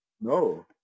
No